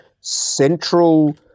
central